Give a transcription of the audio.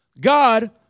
God